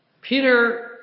Peter